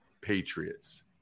Patriots